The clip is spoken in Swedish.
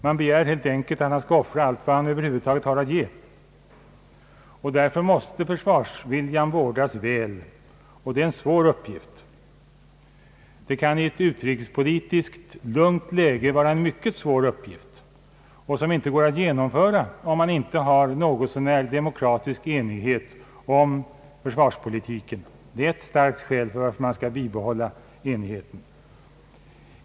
Man begär helt enkelt att den enskilde skall vara beredd att offra allt han över huvud taget har att ge. Därför måste försvarsviljan vårdas väl, och det är en svår uppgift. I ett lugnt utrikespolitiskt läge kan uppgiften vara mycket svår, så att det inte går att klara den om man inte har en någorlunda god demokratisk enighet kring försvarspolitiken. Detta talar starkt för att det gäller att bibehålla enigheten.